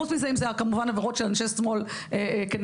חוץ מעבירות של אנשי שמאל כנגד